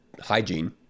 hygiene